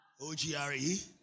O-G-R-E